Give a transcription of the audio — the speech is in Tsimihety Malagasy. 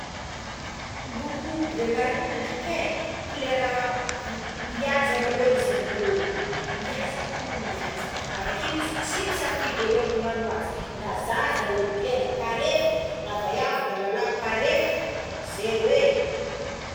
Loko bleu marina ndraiky kolera mihaja malôha izy amin'ologno, mihaja tegna miady avake izy tsy misafidy olo hagnano azy na zaza na olo ngeda pare fô na vaiavy na lalah pare fô zay hoe.